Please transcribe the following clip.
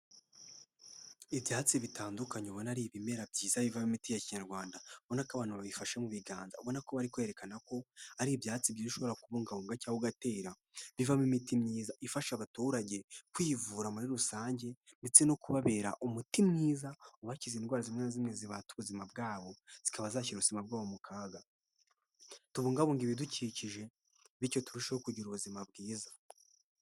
Ibyatsi bitandukanye ubona ari ibimera byiza iva imiti ya kinyarwanda, ubona ko abantu bayifashe mu biganza, ubona ko bari kwerekana ko ari ibyatsi byiza ushobora kubungabunga cyangwa ugatera bivamo imiti myiza ifasha abaturage kwivura muri rusange ndetse no kubabera umuti mwiza ubakiza indwara zimwe na zimwe zibata ubuzima bwabo, zikaba zashyira ubuzima bwabo mu kaga. Tubungabunge ibidukikije bityo turusheho kugira ubuzima bwiza.